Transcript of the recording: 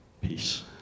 peace